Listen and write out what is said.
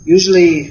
Usually